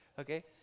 okay